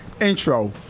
Intro